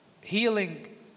healing